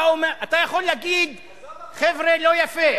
אתה יכול להגיד, חבר'ה, לא יפה.